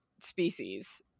species